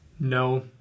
No